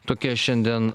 tokia šiandien